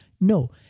no